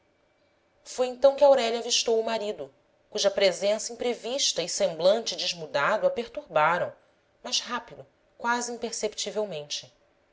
foi então que aurélia avistou o marido cuja presença imprevista e semblante demudado a perturbaram mas rápido quase imperceptivelmente